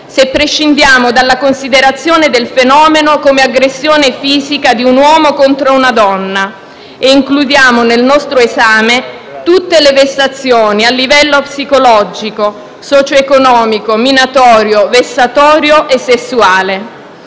se prescindiamo dalla considerazione del fenomeno come aggressione fisica di un uomo contro una donna e includiamo nel nostro esame tutte le vessazioni, a livello psicologico, socioeconomico, minatorio, vessatorio e sessuale.